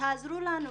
תעזרו לנו.